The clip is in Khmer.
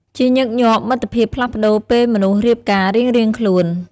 ជាញឹកញាប់ មិត្តភាពផ្លាស់ប្តូរពេលមនុស្សរៀបការរៀងៗខ្លួន។